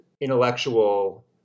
intellectual